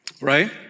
right